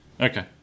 Okay